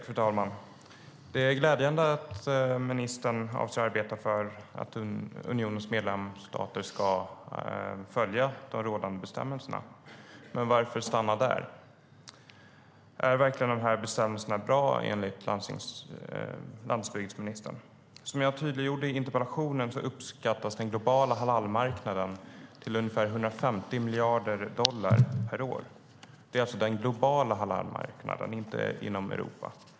Fru talman! Det är glädjande att ministern avser att arbeta för att unionens medlemsstater ska följa de rådande bestämmelserna, men varför stanna där? Är verkligen bestämmelserna bra, enligt landsbygdsministern? Som jag tydliggjorde i interpellationen uppskattas den globala halalmarknaden till ungefär 150 miljarder dollar per år. Det är alltså den globala halalmarknaden, inte marknaden inom Europa.